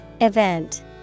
Event